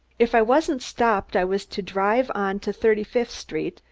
if i wasn't stopped i was to drive on to thirty-fifth street,